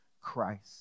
Christ